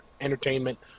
Entertainment